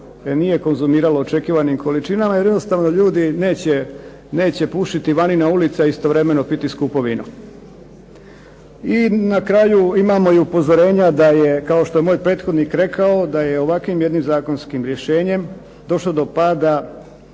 nije konzumiralo u očekivanim količinama jer ljudi neće pušiti vani na ulicama a istovremeno piti skupo vino. I na kraju imamo upozorenja kao što je moj prethodnik rekao da je jednim ovakvim zakonskim rješenjem došlo do pada